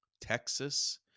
Texas